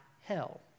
hell